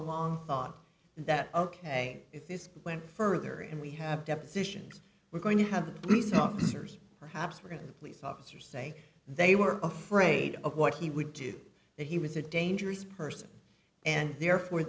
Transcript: along thought that ok if this went further and we have depositions we're going to have the police officers perhaps weren't police officers say they were afraid of what he would do that he was a dangerous person and therefore